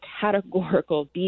categorical